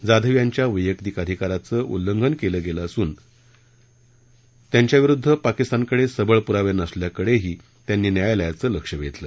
जाधव यांच्या वैयक्तिक अधिकाराचं उल्लंघन केलं गेलं असून त्यांच्याविरुद्ध पाकिस्तानकडे सबळ पुरावे नसल्याकडेही त्यांनी न्यायालयाचं लक्ष वेधलं